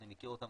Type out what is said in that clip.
שאני מכיר אותם